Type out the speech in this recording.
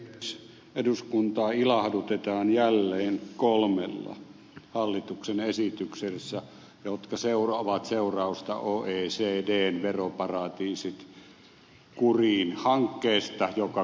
eduskuntaa ilahdutetaan jälleen kolmella hallituksen esityksellä jotka ovat seurausta oecdn veroparatiisit kuriin hankkeesta joka kutistui verotietojen vaihtosopimuksiksi